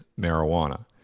marijuana